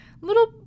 little